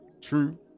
true